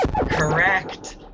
Correct